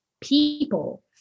People